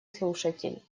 слушатель